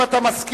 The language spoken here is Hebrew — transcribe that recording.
אם אתה מסכים,